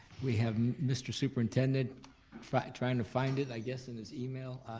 we have mr. superintendent trying to find it, i guess, in his email,